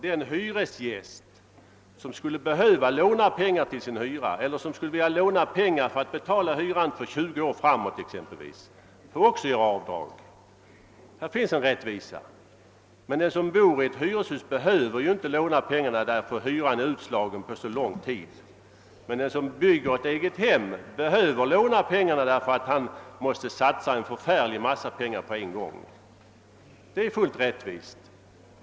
Den hyresgäst, herr Pettersson, som skulle behöva låna pengar för sin hyra eller som skulle vilja låna pengar för att betala hyran för exempelvis 20 år framåt får också göra avdrag. Här finns en rättvisa. Den som bor i ett hyreshus behöver inte låna pengarna därför att hyran är utslagen på så lång tid. Men den som bygger ett eget hem behöver låna pengarna därför att han måste satsa en väldig massa pengar på en gång. Det är fullt rättvist.